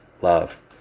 love